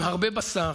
עם הרבה בשר,